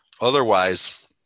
Otherwise